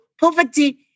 poverty